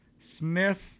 Smith